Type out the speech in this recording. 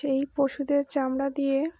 সেই পশুদের চামড়া দিয়ে